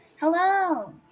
Hello